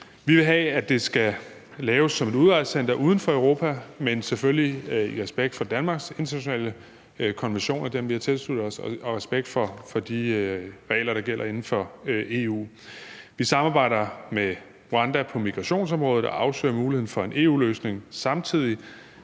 Vi vil have, at det skal laves som et udrejsecenter uden for Europa, men selvfølgelig i respekt for de internationale konventioner, Danmark har tilsluttet sig, og i respekt for de regler, der gælder inden for EU. Vi samarbejder med Rwanda på migrationsområdet og afsøger muligheden for en EU-løsning samtidig.